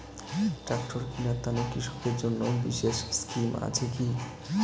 Tractor কিনার তানে কৃষকদের জন্য বিশেষ স্কিম আছি কি?